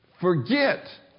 forget